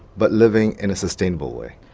but living in a sustainable way.